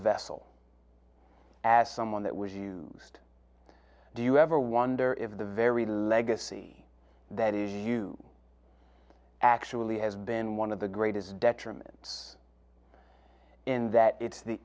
vessel as someone that was you do you ever wonder if the very legacy that e u actually has been one of the greatest detriment in that it's the